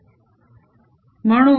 dWdtddtEelectro magnetic10EB